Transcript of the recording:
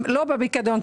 לא בפקדון,